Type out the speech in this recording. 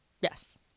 Yes